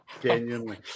Genuinely